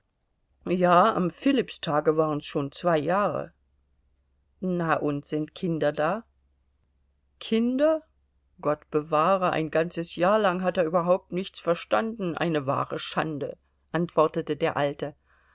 ja am philippstage waren's schon zwei jahre na und sind kinder da kinder gott bewahre ein ganzes jahr lang hat er überhaupt nichts verstanden eine wahre schande antwortete der alte